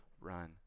run